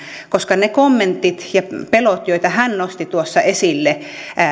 koska sellaisia kommentteja ja pelkoja joita hän nosti tuossa esille